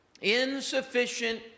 Insufficient